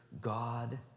God